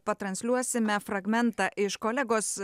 pat transliuosime fragmentą iš kolegos